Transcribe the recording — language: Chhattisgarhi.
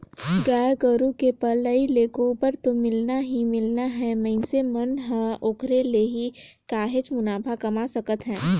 गाय गोरु के पलई ले गोबर तो मिलना ही मिलना हे मइनसे मन ह ओखरे ले ही काहेच मुनाफा कमा सकत हे